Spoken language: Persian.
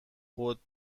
خود